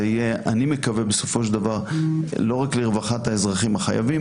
אני מקווה שבסופו של דבר זה יהיה לא רק לטובת האזרחים החייבים,